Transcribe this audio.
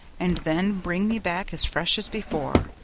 and then bring me back as fresh as before,